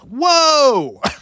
Whoa